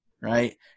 right